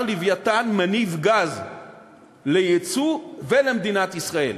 "לווייתן" מניב גז ליצוא ולמדינת ישראל.